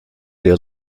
der